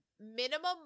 minimum